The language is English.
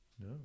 No